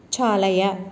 चालय